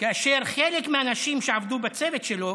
כאשר חלק מהאנשים שעבדו בצוות שלו